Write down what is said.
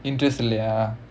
interest இல்லையா:illaiyaa